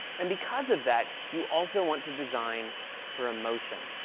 and because of that, you also want to design for emotion.